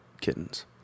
kittens